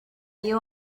you